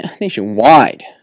nationwide